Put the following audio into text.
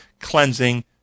cleansing